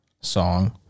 song